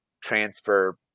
transfer